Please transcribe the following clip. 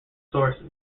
sources